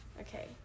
Okay